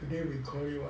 today we call it [what]